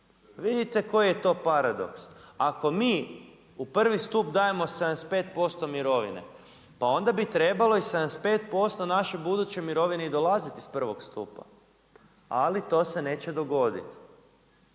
Vidite koji je to paradoks. Ako mi u prvi stup dajemo 75% mirovine, pa onda bi trebalo i 75% našoj budućoj mirovini dolaziti iz prvog stupa, ali to se neće dogodit.